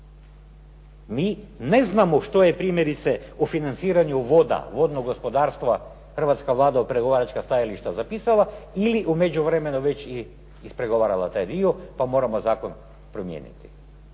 Mi ne znamo što je primjerice u financiranju voda, vodnog gospodarstva Hrvatska Vlada od pregovaračkih stajališta zapisala, ili u međuvremenu već i ispregovarala taj dio, pa moramo zakon promijeniti.